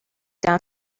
down